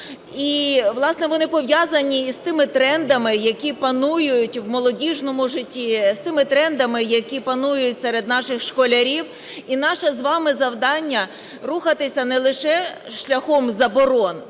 І, власне, вони пов'язані із тими трендами, які панують в молодіжному житті, з тими трендами, які панують серед наших школярів. І наше з вами завдання – рухатися не лише шляхом заборон.